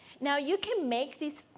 now you can make these